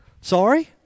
sorry